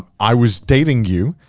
i was dating you.